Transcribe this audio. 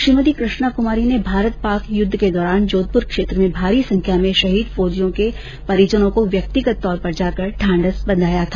श्रीमती कृष्णा कुमारी ने भारत पाक युद्ध के दौरान जोधपुर क्षेत्र में भारी संख्या में शहीद फौजियों के परिजनों को व्यक्तिगत तौर पर जाकर ढांढस बंधाया था